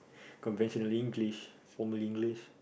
conventional English formal English